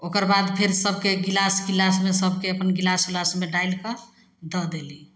ओकर बाद फेर सभके गिलास गिलासमे सभके अपन गिलास उलासमे डालिकऽ दऽ देली